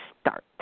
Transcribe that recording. start